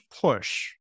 push